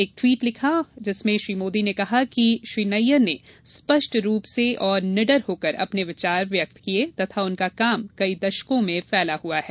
एक ट्वीट में श्री मोदी ने कहा कि श्री नैय्यर ने स्प्प्ट रूप से और निडर होकर अपने विचार व्यक्त किये तथा उनका काम कई दशकों में फैला हुआ है